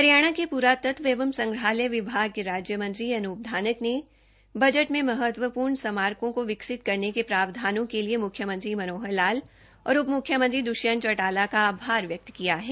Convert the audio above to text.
हरियाणा के पुरातत्व एवं संग्रहालय विभाग के राज्यमंत्री श्री अनूप धानक ने बजट में महत्वपूर्ण स्मारकों को विकसित करने के प्रावधानों के लिए मुख्यमंत्री श्री मनोहर लाल और उप मुख्यमंत्री श्री दृष्यंत चौटाला का आभार व्यक्त किया है